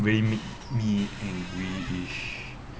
way make me angry is